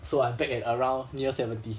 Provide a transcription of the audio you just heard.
so I'm back at around near seventy